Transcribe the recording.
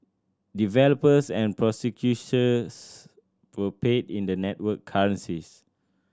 developers and processors were paid in the network currencies